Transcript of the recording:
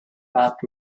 but